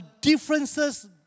differences